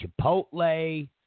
Chipotle